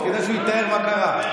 כדאי שיתאר מה קרה.